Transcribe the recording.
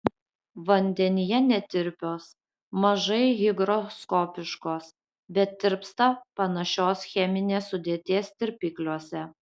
vandenyje netirpios mažai higroskopiškos bet tirpsta panašios cheminės sudėties tirpikliuose